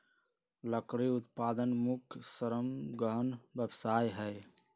लकड़ी उत्पादन मुख्य श्रम गहन व्यवसाय हइ